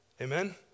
Amen